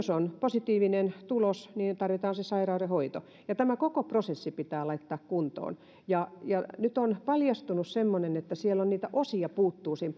jos on positiivinen tulos niin tarvitaan se sairauden hoito tämä koko prosessi pitää laittaa kuntoon nyt on paljastunut semmoinen että niitä osia puuttuu sen